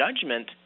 judgment